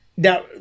Now